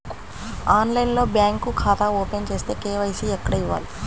ఆన్లైన్లో బ్యాంకు ఖాతా ఓపెన్ చేస్తే, కే.వై.సి ఎక్కడ ఇవ్వాలి?